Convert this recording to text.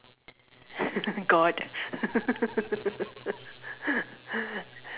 god